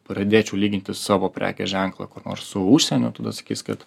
pradėčiau lyginti savo prekės ženklą kur nors su užsienio tada sakys kad